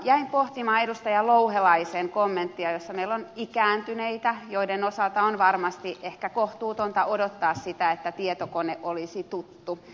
jäin pohtimaan edustaja louhelaisen kommenttia että meillä on ikääntyneitä joiden osalta on varmasti ehkä kohtuutonta odottaa sitä että tietokone olisi tuttu